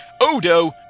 Odo